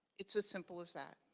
it's as simple as that.